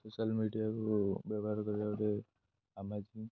social ମିଡ଼ିଆକୁ ବ୍ୟବହାର କରିବା ଗୋଟେ ଆମେଜିଙ୍ଗ